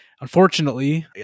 unfortunately